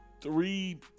Three